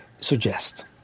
suggest